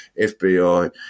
FBI